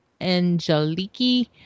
Angeliki